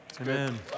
Amen